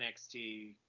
NXT